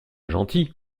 gentil